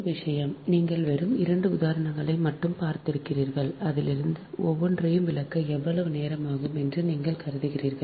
ஒரு விஷயம் நீங்கள் வெறும் 2 உதாரணங்களை மட்டுமே பார்த்திருக்கிறீர்கள் அதிலிருந்து ஒவ்வொன்றையும் விளக்க எவ்வளவு நேரம் ஆகும் என்று நீங்கள் கருதுகிறீர்கள்